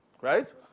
Right